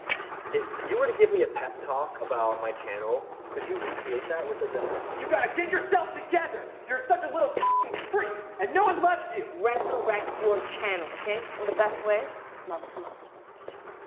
if you were to give me a pep talk about my channel, could you recreate that with a dummy you gotta get yourself together? you're such a little fluffing frick and no one loves you resurrect your channel. okay, and the best way love to love resuscitation